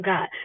God